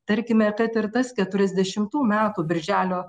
tarkime kad ir tas keturiasdešimtų metų birželio